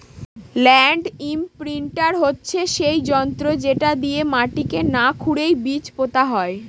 land imprinter হচ্ছে সেই যন্ত্র যেটা দিয়ে মাটিকে না খুরেই বীজ পোতা হয়